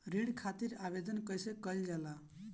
ऋण खातिर आवेदन कैसे कयील जाला?